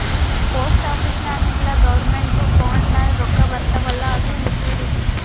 post office ನಾಗ್ ಇಲ್ಲ ಗೌರ್ಮೆಂಟ್ದು ಬಾಂಡ್ ಮ್ಯಾಲ ರೊಕ್ಕಾ ಬರ್ತಾವ್ ಅಲ್ಲ ಅದು ಲಿಕ್ವಿಡಿಟಿ